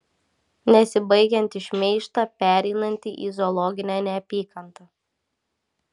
nesibaigiantį šmeižtą pereinantį į zoologinę neapykantą